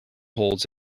holds